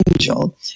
Angel